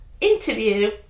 interview